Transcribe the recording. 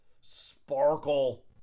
Sparkle